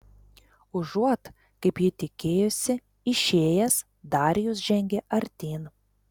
užuot kaip ji tikėjosi išėjęs darijus žengė artyn